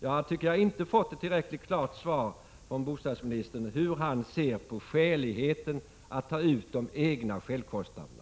Jag tycker inte att jag har fått ett tillräckligt klart svar från bostadsministern hur han ser på skäligheten i att ta ut de egna självkostnaderna.